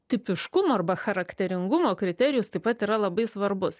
tipiškumo arba charakteringumo kriterijus taip pat yra labai svarbus